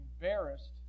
embarrassed